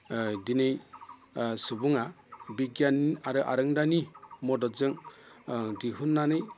दिनै सुबुङा बिगियान आरो आरोंदानि मददजों दिहुननानै